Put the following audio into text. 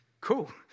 Cool